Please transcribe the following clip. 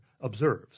observes